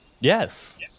yes